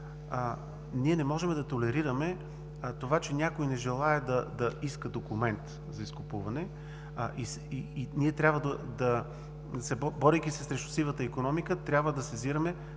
ние не можем да толерираме това, че някой не желае да иска документ за изкупуване, а ние, борейки се срещу сивата икономика, трябва да сезираме